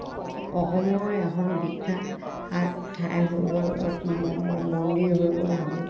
অ অসমৰ এখন বিখ্যাত ঠাই হৈ গ'ল মন্দিৰ হৈ গ'ল হাবুঙখন